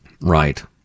Right